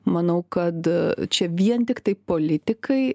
manau kad čia vien tiktai politikai